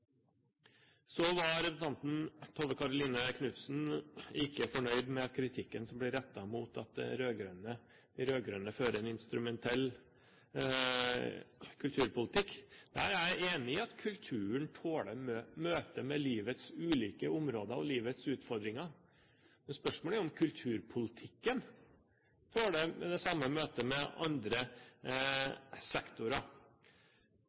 Så var representanten Tove Karoline Knutsen ikke fornøyd med kritikken som ble rettet mot de rød-grønne for at de fører en instrumentell kulturpolitikk. Jeg er enig i at kulturen tåler møtet med livets ulike områder og livets utfordringer. Spørsmålet er om kulturpolitikken tåler det samme møtet med andre